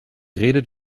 redet